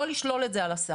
לא לשלול את זה על הסף.